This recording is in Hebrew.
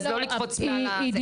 אז לא לקפוץ מעל זה.